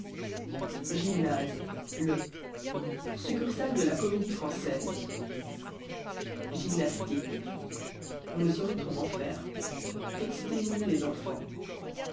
gymnase le succursale de la comédie-française gymnastique on ne saurait trop en faire exténue les enfants